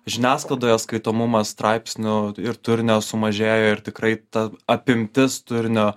žiniasklaidoje skaitomumas straipsnių ir turinio sumažėjo ir tikrai ta apimtis turinio